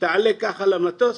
תעלה ככה למטוס,